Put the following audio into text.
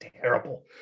terrible